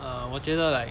err 我觉得 like